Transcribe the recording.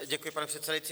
Děkuji, pane předsedající.